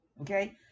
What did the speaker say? Okay